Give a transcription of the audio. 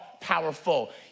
powerful